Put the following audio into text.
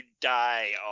die